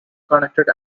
connected